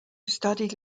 studied